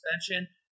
suspension